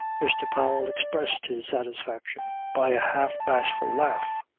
mr. powell expressed his satisfaction by a half-bashful laugh.